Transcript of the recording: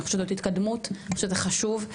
אני חושבת שזאת התקדמות ושזה חשוב.